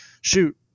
Shoot